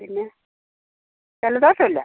പിന്നെ ജലദോഷം ഇല്ല